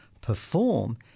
perform